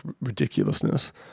ridiculousness